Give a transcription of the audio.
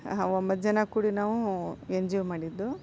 ಒಂಬತ್ತು ಜನ ಕೂಡಿ ನಾವು ಎನ್ ಜಿ ಒ ಮಾಡಿದ್ದು